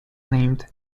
named